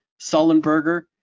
Sullenberger